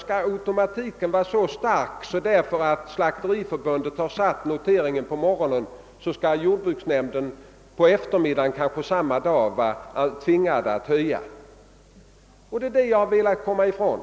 Skall automatiken vara så stark, att om Slakteriförbundet satt en notering på morgonen skall jordbruksnämnden på eftermiddagen samma dag vara tvingad att höja priserna? Det är detta jag har velat komma ifrån.